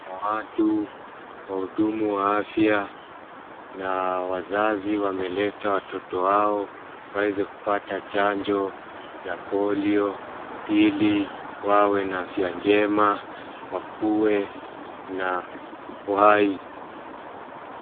Watu, wahudumu wa afya na wazazi wameleta watoto wao waweze kupata chanjo ya polio, ili wawe na afya njema, wakue na uhai.